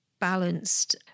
balanced